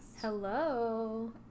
Hello